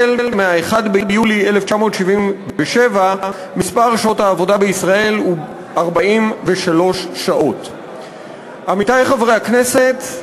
החל ב-1 ביולי 1977 מספר שעות העבודה בישראל הוא 43. עמיתי חברי הכנסת,